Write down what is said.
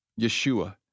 Yeshua